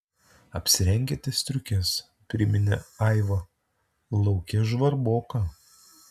apsirenkite striukes priminė aiva lauke žvarboka